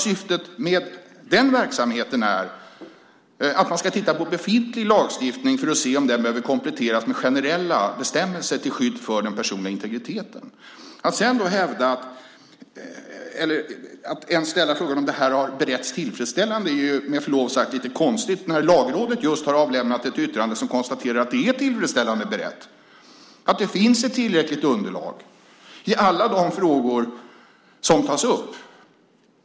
Syftet med den verksamheten är att man ska titta på befintlig lagstiftning för att se om den behöver kompletteras med generella bestämmelser till skydd för den personliga integriteten. Att ställa frågan om detta har beretts tillfredsställande är, med förlov sagt, lite konstigt när Lagrådet just har avlämnat ett yttrande som konstaterar att det är tillfredsställande berett och att det finns ett tillräckligt underlag i alla de frågor som tas upp.